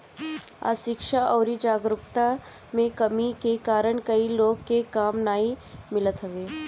अशिक्षा अउरी जागरूकता में कमी के कारण कई लोग के काम नाइ मिलत हवे